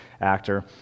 actor